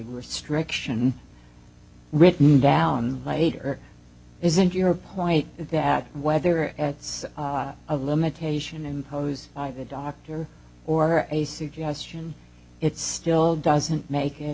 restriction written down later isn't your point that whether it's a limitation imposed by a doctor or a suggestion it still doesn't make it